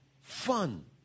fun